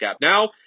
now